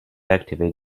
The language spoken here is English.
activate